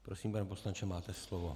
Prosím, pane poslanče, máte slovo.